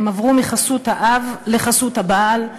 הן עברו מחסות האב לחסות הבעל,